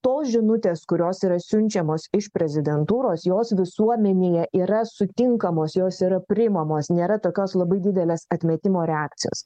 tos žinutės kurios yra siunčiamos iš prezidentūros jos visuomenėj yra sutinkamos jos yra priimamos nėra tokios labai didelės atmetimo reakcijos